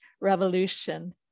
revolution